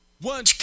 one